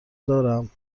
دارم